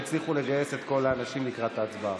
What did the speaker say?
הצליחו לגייס את כל האנשים לקראת ההצבעה.